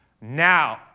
now